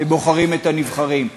ובוחרים את הנבחרים.